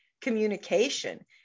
communication